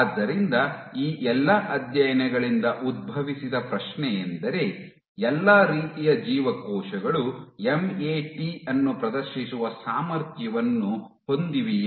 ಆದ್ದರಿಂದ ಈ ಎಲ್ಲಾ ಅಧ್ಯಯನಗಳಿಂದ ಉದ್ಭವಿಸಿದ ಪ್ರಶ್ನೆಯೆಂದರೆ ಎಲ್ಲಾ ರೀತಿಯ ಜೀವಕೋಶಗಳು ಎಂಎಟಿ ಅನ್ನು ಪ್ರದರ್ಶಿಸುವ ಸಾಮರ್ಥ್ಯವನ್ನು ಹೊಂದಿವಿಯೇ